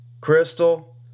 Crystal